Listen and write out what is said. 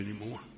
anymore